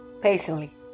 Patiently